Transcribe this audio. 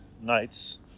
nights